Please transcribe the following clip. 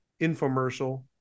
infomercial